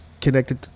connected